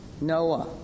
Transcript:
Noah